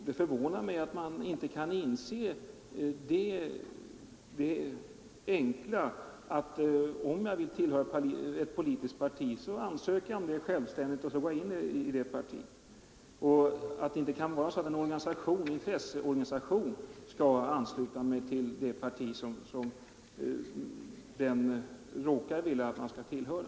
Det förvånar mig att man inte kan inse en sådan enkel sak att om jag vill tillhöra ett politiskt parti, så ansöker jag om det självständigt. Det får inte vara så att en intresseorganisation skall ansluta mig till det parti som denna organisation råkar vilja att jag skall tillhöra.